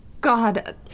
God